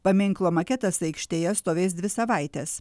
paminklo maketas aikštėje stovės dvi savaites